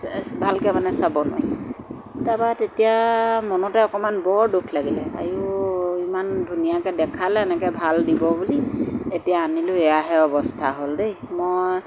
ভালকৈ মানে চাব নোৱাৰি তাৰপৰা তেতিয়া মনতে অকণমান বৰ দুখ লাগিলে আইঔ ইমান ধুনীয়াকৈ দেখালে এনেকৈ ভাল দিব বুলি এতিয়া আনিলো এয়াহে অৱস্থা হ'ল দেই মই